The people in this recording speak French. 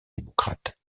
démocrates